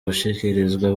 gushikiriza